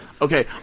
Okay